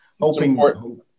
Hoping